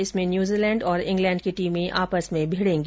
इसमें न्यूजीलैण्ड और इंग्लैण्ड की टीमें आपस मे भिडेगी